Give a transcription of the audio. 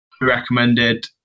Recommended